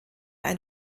ein